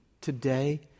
today